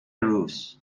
rules